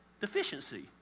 deficiency